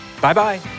Bye-bye